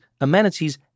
amenities